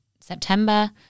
September